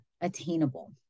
attainable